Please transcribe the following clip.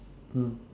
mm